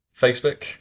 Facebook